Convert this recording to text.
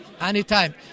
anytime